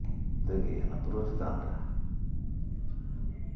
ᱛᱮᱜᱮ ᱵᱩᱨᱩ ᱪᱮᱛᱟᱱᱨᱮ